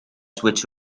switch